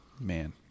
Man